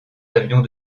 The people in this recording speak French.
avions